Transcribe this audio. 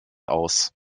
aus